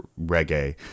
reggae